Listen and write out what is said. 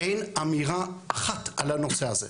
אין אמירה אחת על הנושא הזה,